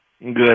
Good